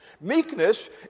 Meekness